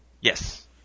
Yes